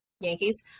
Yankees